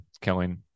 killing